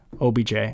OBJ